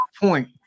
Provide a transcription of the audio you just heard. point